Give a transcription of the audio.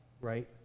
right